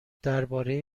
درباره